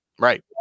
Right